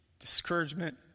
discouragement